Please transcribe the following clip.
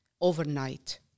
overnight